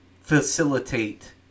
facilitate